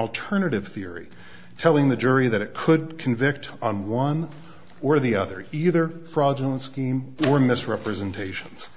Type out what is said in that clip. alternative theory telling the jury that it could convict on one or the other either fraudulent scheme or misrepresentations